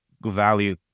value